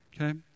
okay